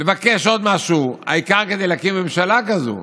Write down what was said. לבקש עוד משהו, העיקר כדי להקים ממשלה כזו.